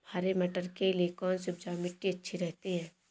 हरे मटर के लिए कौन सी उपजाऊ मिट्टी अच्छी रहती है?